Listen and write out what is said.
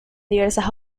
diversas